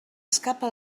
escapa